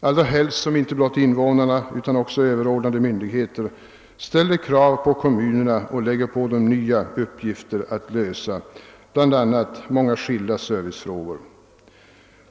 allra helst som inte bara invånarna utan också överordnade myndigheter ställer krav på kommunerna och lägger på dem nya uppgifter, bl.a. skilda serviceuppgifter.